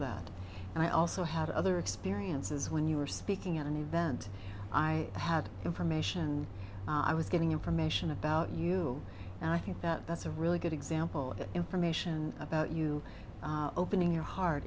that and i also had other experiences when you were speaking at an event i had information i was getting information about you and i think that that's a really good example of information about you opening your heart